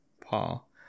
Paul